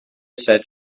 said